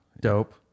Dope